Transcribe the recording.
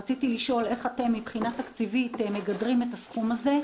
רציתי לשאול איך אתם מגדרים את הסכום הזה מהבחינה התקציבית.